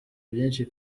byinshi